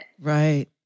Right